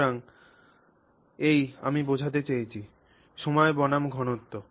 সুতরাং এই আমি বোঝাতে চেয়েছি সময় বনাম ঘনত্ব